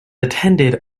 attended